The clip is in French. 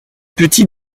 petits